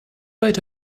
wait